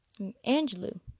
Angelou